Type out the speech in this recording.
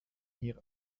hier